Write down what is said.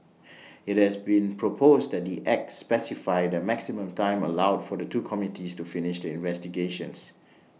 IT has been proposed that the acts specify the maximum time allowed for the two committees to finish investigations